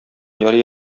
ярый